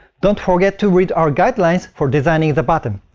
don't forget to read our guidelines for designing the button.